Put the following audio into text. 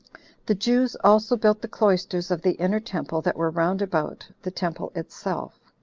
the jews also built the cloisters of the inner temple that were round about the temple itself.